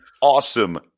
awesome